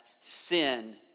sin